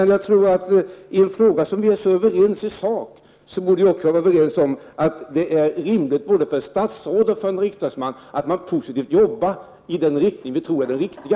När vi är så överens i sak borde vi också kunna vara överens om att det är rimligt både för ett statsråd och en riksdagsman att positivt arbeta i den riktning vi tror är den rätta.